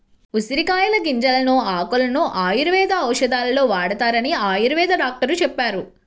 ఉసిరికాయల గింజలను, ఆకులను ఆయుర్వేద ఔషధాలలో వాడతారని ఆయుర్వేద డాక్టరు చెప్పారు